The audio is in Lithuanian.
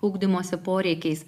ugdymosi poreikiais